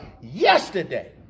yesterday